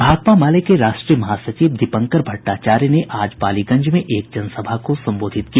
भाकपा माले के राष्ट्रीय महासचिव दीपंकर भट्टाचार्य ने आज पालीगंज में एक जनसभा को संबोधित किया